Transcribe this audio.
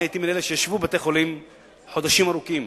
אני הייתי מאלה שישבו בבתי-חולים חודשים ארוכים,